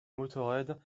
motörhead